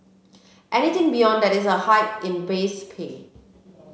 anything beyond that is a hike in base pay